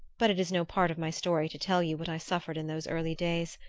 but it is no part of my story to tell you what i suffered in those early days.